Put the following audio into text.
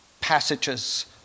passages